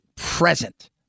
present